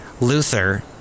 Luther